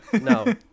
no